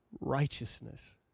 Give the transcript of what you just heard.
righteousness